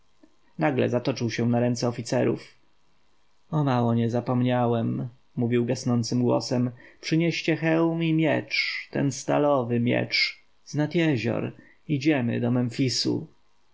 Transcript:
nagle zatoczył się na ręce oficerów o mało nie zapomniałem mówił gasnącym głosem przynieście hełm i miecz ten stalowy miecz z nad jezior idziemy do memfisu z